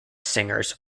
singers